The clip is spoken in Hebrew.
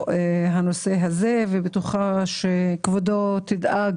אני לא בטוחה שיהיו רבים שיעלו.